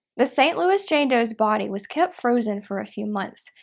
the st. louis jane doe's body was kept frozen for a few months.